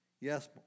Yes